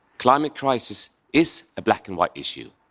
climate crisis is a black-and-white issue.